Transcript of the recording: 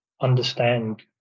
understand